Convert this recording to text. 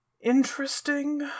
interesting